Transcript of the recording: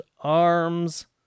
arms